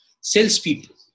salespeople